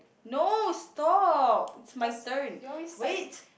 no stop it's my turn wait